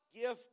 gift